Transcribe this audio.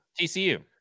TCU